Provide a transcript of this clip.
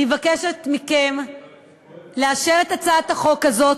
אני מבקשת מכם לאשר את הצעת החוק הזאת,